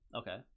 Okay